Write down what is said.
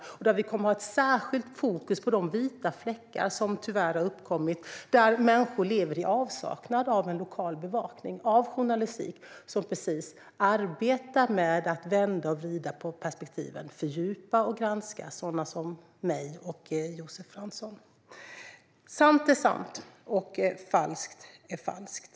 Där kommer vi att ha ett särskilt fokus på de vita fläckar som tyvärr har uppkommit, där människor lever i avsaknad av en lokal bevakning som just arbetar med att vända och vrida på perspektiven, fördjupa och granska sådana som mig och dig, Josef Fransson. Sant är sant, och falskt är falskt.